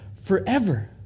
forever